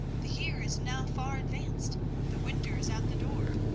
the year is now far advanced the winter is at the door.